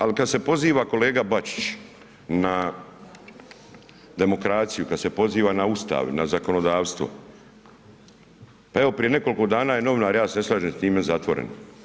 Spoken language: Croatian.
Ali kad se poziva kolega Bačić na demokraciju, kad se poziva na Ustav, na zakonodavstvo, pa evo prije nekoliko dana je novinar, ja se ne slažem s time, zatvoren.